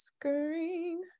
screen